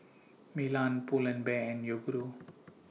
Milan Pull and Bear and Yoguru